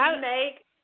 make